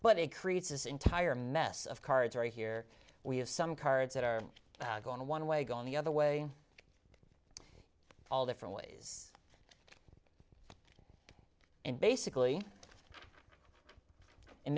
but it creates this entire mess of cards are here we have some cards that are going one way gone the other way all different ways and basically